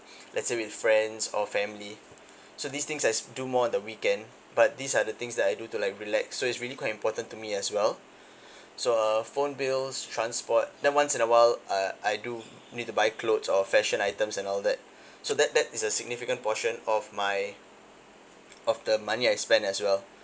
let's say with friends or family so these things I do more the weekend but these are the things that I do to like relax so it's really quite important to me as well so uh phone bills transport then once in a while uh I do need to buy clothes or fashion items and all that so that that is a significant portion of my of the money I spend as well